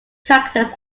characters